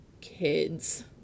kids